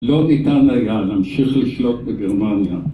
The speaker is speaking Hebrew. לא ניתן רגע להמשיך לשלוט בגרמניה